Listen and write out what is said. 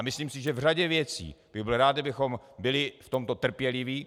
Myslím si, že v řadě věcí bych byl rád, kdybychom byli v tomto trpěliví.